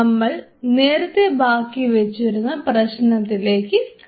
നമ്മൾ നേരത്തെ ബാക്കി വെച്ചിരുന്ന പ്രശ്നത്തിലേക്ക് കടക്കാം